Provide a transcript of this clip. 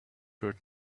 heard